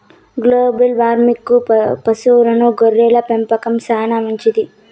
global వార్మింగ్కు పశువుల గొర్రెల పెంపకం చానా మంచిది